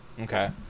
Okay